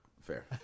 Fair